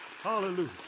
Hallelujah